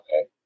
okay